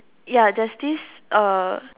ya there's this uh